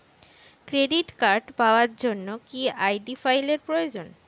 Credit card পাওয়ার জন্য কি আই.ডি ফাইল এর প্রয়োজন?